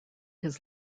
his